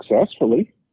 successfully